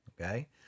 okay